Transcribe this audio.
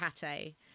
pate